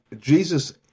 Jesus